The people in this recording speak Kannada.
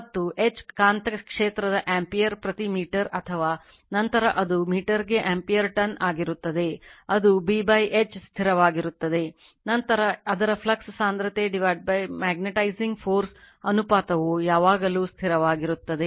ಮತ್ತು H ಕಾಂತಕ್ಷೇತ್ರದ ಆಂಪಿಯರ್ ಪ್ರತಿ ಮೀಟರ್ ಅಥವಾ ನಂತರ ಅದು ಮೀಟರ್ಗೆ ಆಂಪಿಯರ್ ಟನ್ ಆಗಿರುತ್ತದೆ ಅದು B H ಸ್ಥಿರವಾಗಿರುತ್ತದೆ ನಂತರ ಅದರ ಫ್ಲಕ್ಸ್ ಸಾಂದ್ರತೆ ಮ್ಯಾಗ್ನೆಟೈಜಿಂಗ್ ಫೋರ್ಸ್ ಅನುಪಾತವು ಯಾವಾಗಲೂ ಸ್ಥಿರವಾಗಿರುತ್ತದೆ